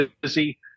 busy